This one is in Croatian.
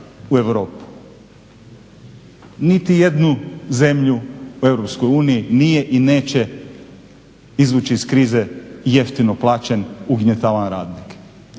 u Europu. Niti jednu zemlju u Europskoj uniji nije i neće izvući iz krize jeftino plaćen, ugnjetavan radnik.